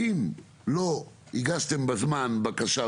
אם לא הגשתם בזמן בקשה,